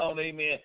amen